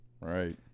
Right